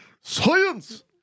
Science